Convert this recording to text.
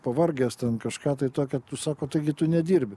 pavargęs ten kažką tai tokio tu sako tagi tu nedirbi